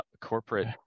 corporate